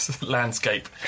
Landscape